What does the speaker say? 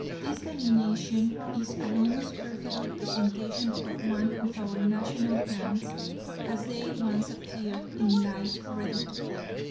this delineation is an almost perfect representation of one of our national bands as they once appeared in life ready to play.